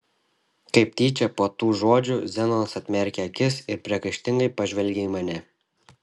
kaip tyčia po tų žodžių zenonas atmerkė akis ir priekaištingai pažvelgė į mane